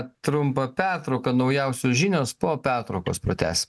trumpą pertrauką naujausios žinios po pertraukos pratęsim